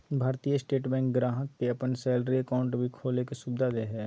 भारतीय state bank ग्राहक के अपन सैलरी अकाउंट भी खोले के सुविधा दे हइ